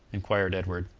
inquired edward.